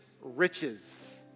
riches